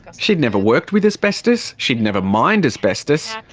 she'd never worked with asbestos, she'd never mined asbestos.